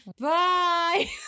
Bye